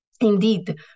Indeed